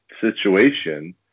situation